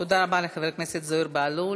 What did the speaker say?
תודה רבה לחבר הכנסת זוהיר בהלול.